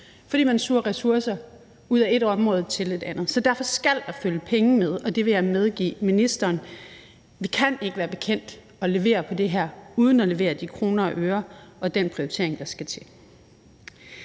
For man suger ressourcer ud af ét område og giver dem til et andet. Så derfor skal der følge penge med, og det vil jeg medgive ministeren. Vi kan ikke være bekendt at levere på det her uden at levere de kroner og øre og den prioritering, der skal til.